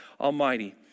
Almighty